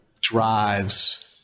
drives